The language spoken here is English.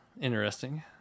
Interesting